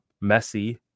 messy